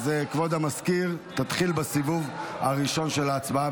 כבוד המזכיר, תתחיל בסיבוב הראשון של ההצבעה.